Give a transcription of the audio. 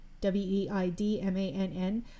W-E-I-D-M-A-N-N